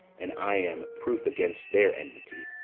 and i am proof against their enmity.